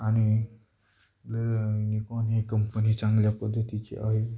आणि निकॉन ही कंपनी चांगल्या पद्धतीची आहे